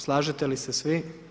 Slažete li se svi?